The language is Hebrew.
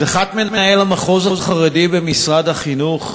הדחת מנהל המחוז החרדי במשרד החינוך,